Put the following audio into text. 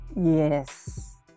yes